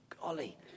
golly